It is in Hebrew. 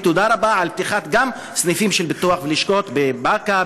ותודה רבה על פתיחת גם סניפים של ביטוח ולשכות בבאקה,